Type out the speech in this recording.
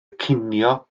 cinio